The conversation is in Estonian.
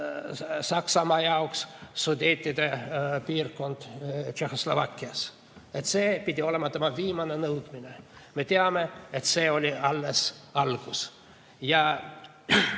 Saksamaa jaoks Sudeetide piirkond Tšehhoslovakkias: see pidi olema tema viimane nõudmine. Me teame, et see oli alles algus.